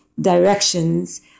directions